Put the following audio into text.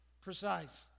precise